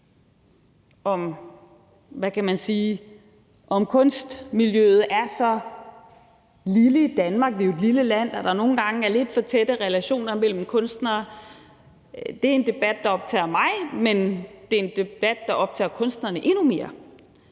om kunstmiljøet er så lille i Danmark – vi er jo et lille land – at der nogle gange er lidt for tætte relationer mellem kunstnere. Det er en debat, der optager mig, men det er en debat, der optager kunstnerne endnu mere.